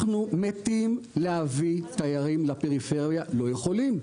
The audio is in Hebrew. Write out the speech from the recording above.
אנחנו מתים להביא תיירים לפריפריה, לא יכולים.